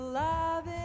love